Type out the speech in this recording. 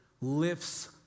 lifts